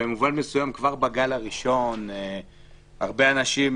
במובן מסוים כבר בגל הראשון הרבה אנשים